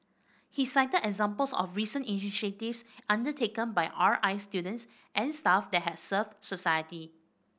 he cited examples of recent initiatives undertaken by R I students and staff that have served society